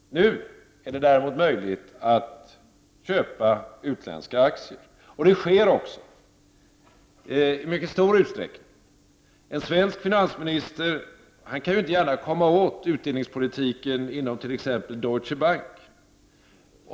Nu är det däremot möjligt att köpa utländska aktier, och det sker också i mycket stor utsträckning. En svensk finansminister kan inte gärna komma åt utdelningspolitiken igenom t.ex. Deutsche Bank.